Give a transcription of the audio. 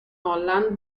holland